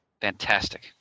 Fantastic